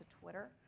Twitter